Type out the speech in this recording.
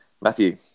matthew